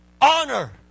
honor